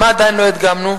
מה עדיין לא הדגמנו?